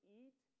eat